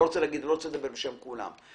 אני לא רוצה לדבר בשם כולם,